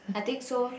I think so